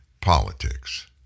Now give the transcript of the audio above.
Politics